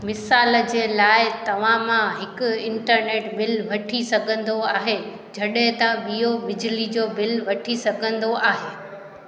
मिसाल जे लाइ तव्हां मां हिकु इंटरनेट बिल वठी सघंदो आहे जॾहिं त ॿियों बिजली जो बिल वठी सघंदो आहे